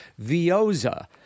Vioza